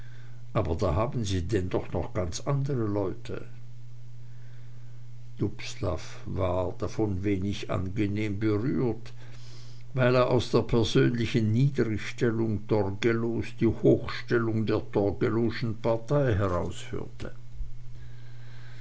aber da haben sie denn doch noch ganz andre leute dubslav war davon wenig angenehm berührt weil er aus der persönlichen niedrigstellung torgelows die hochstellung der torgelowschen partei